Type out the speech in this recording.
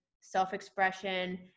self-expression